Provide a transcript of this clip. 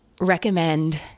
recommend